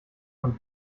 von